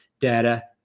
Data